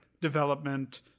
development